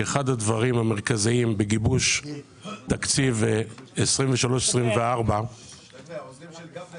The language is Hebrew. כאחד הדברים המרכזיים לקראת גיבוש תקציב 2024-2023 בנושא של העצמאים,